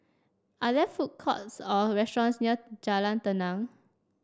are there food courts or restaurants near Jalan Tenang